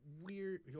weird